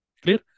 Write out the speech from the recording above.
Clear